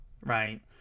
Right